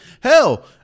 Hell